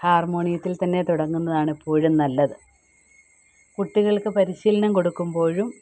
ഹാർമോണിയത്തിൽത്തന്നെ തുടങ്ങുന്നതാണെപ്പോഴും നല്ലത് കുട്ടികൾക്ക് പരിശീലനം കൊടുക്കുമ്പോഴും